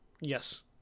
Yes